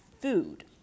food